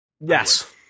Yes